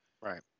Right